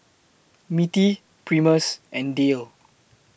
Mittie Primus and Dayle